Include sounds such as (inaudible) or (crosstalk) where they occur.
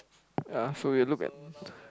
ya so we'll look at (noise)